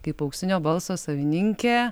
kaip auksinio balso savininkė